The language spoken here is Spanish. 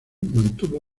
mantuvo